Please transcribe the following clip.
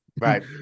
Right